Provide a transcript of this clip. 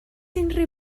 unrhyw